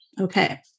Okay